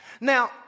Now